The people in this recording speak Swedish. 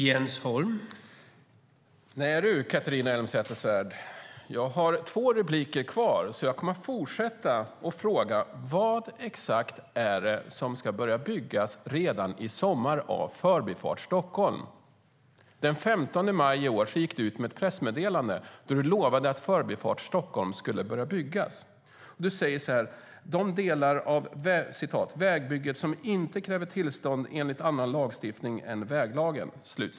Herr talman! Nej, du, Catharina Elmsäter-Svärd, jag har två repliker kvar. Jag kommer att fortsätta att fråga: Vad exakt är det som ska börja byggas redan i sommar av Förbifart Stockholm? Den 15 maj i år gick du ut med ett pressmeddelande där du lovade att Förbifart Stockholm skulle börja byggas. Du säger så här: "de delar av vägbygget som inte kräver tillstånd enligt annan lagstiftning än väglagen".